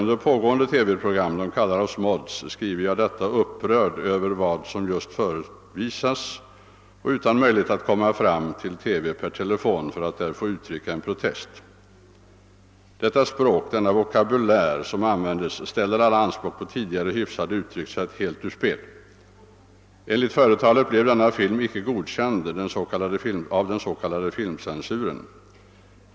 Under pågående TV program ”Dom kallar oss mods” skriver jag detta, upprörd över vad som just förevisas och utan möjlighet att komma fram till TV per telefon för att där få uttrycka en protest. Detta språk, denna vokabulär, som användes ställer alla anspråk på tidigare hyfsade uttryckssätt helt ur spel. Enligt företalet blev denna film icke godkänd av den s.k. filmcensuren.